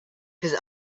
his